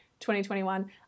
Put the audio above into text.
2021